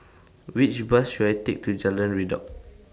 Which Bus should I Take to Jalan Redop